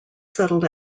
settled